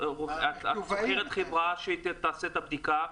את שוכרת חברה שתעשה את הבדיקה?